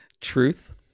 Truth